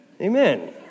Amen